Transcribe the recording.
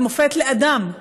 את מופת לאדם.